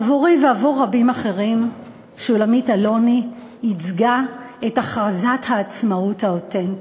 עבורי ועבור רבים אחרים שולמית אלוני ייצגה את הכרזת העצמאות האותנטית,